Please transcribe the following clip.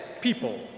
people